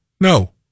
No